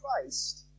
Christ